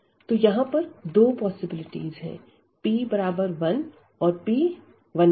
तो यह पर दो पॉसिबिलिटीज है p1और p 1